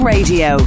Radio